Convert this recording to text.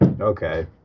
okay